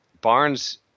Barnes